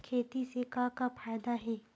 खेती से का का फ़ायदा हे?